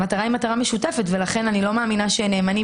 המטרה היא מטרה משותפת ולכן אני לא מאמינה שנאמנים